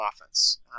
offense